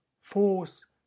force